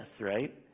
right